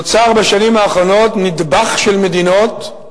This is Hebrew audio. נוצר בשנים האחרונות נדבך של מדינות,